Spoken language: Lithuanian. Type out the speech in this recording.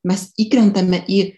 mes įkrentame į